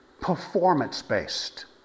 performance-based